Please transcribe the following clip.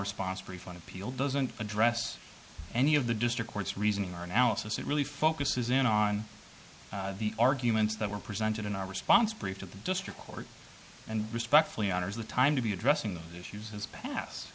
response refund appeal doesn't address any of the district court's reasoning or analysis it really focuses in on the arguments that were presented in our response brief to the district court and respectfully honor's the time to be addressing those issues as